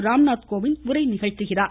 ராம்நாத்கோவிந்த் உரை நிகழ்த்துகிறார்